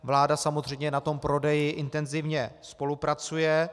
Vláda samozřejmě na tom prodeji intenzivně spolupracuje.